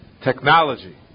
technology